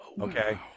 okay